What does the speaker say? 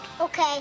Okay